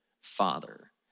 father